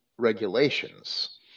regulations